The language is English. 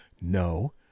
No